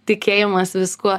tikėjimas viskuo